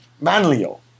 Manlio